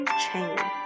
chain